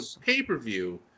pay-per-view